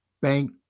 bank